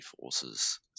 forces